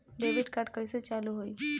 Debit card कइसे चालू होई?